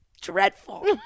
dreadful